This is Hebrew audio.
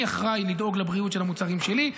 אני אחראי לדאוג לבריאות של המוצרים שלי,